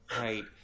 Right